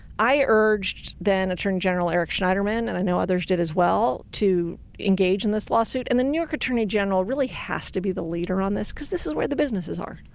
i urged then-attorney eric schneiderman, and i know others did as well, to engage in this lawsuit. and the new york attorney general really has to be the leader on this, because this is where the businesses are.